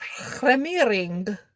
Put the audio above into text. premiering